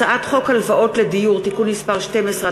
הצעת חוק הלוואות לדיור (תיקון מס' 12),